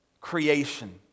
creation